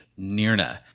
Nirna